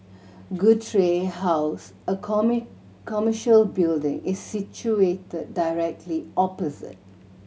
Guthrie House a commercial building is situated directly opposite